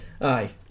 Aye